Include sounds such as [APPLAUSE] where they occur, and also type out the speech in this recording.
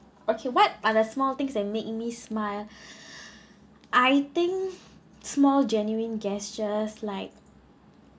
okay what are the small things that make me smile [BREATH] I think small genuine gestures like